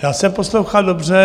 Já jsem poslouchal dobře.